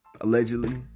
Allegedly